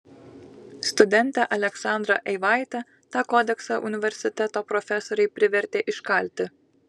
studentę aleksandrą eivaitę tą kodeksą universiteto profesoriai privertė iškalti